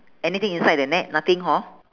anything inside the net nothing hor